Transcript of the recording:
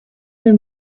dem